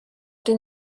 den